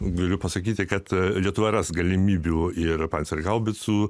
galiu pasakyti kad lietuva ras galimybių ir pancerhaubicų